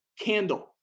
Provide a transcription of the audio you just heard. candle